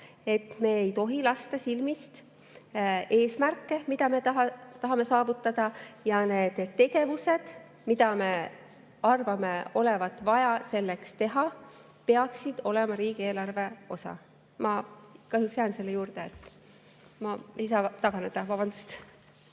et me ei tohi lasta silmist eesmärke, mida me tahame saavutada, ja need tegevused, mida me arvame olevat vaja selleks teha, peaksid olema riigieelarve osa. Ma kahjuks jään selle juurde, ma ei saa taganeda. Vabandust!